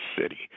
city